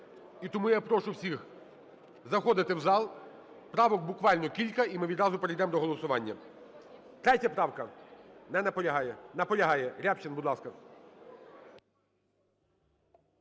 тому я прошу всіх заходити в зал. Правок буквально кілька, і ми відразу перейдемо до голосування. 3- я правка. Не наполягає. Наполягає. Рябчин, будь ласка.